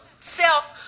self